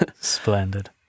Splendid